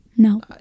No